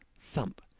thump,